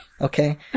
Okay